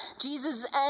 Jesus